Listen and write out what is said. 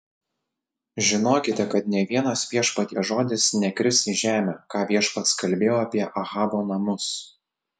žinokite kad nė vienas viešpaties žodis nekris į žemę ką viešpats kalbėjo apie ahabo namus